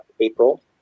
April